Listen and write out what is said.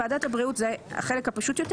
ועדת הבריאות זה החלק הפשוט יותר,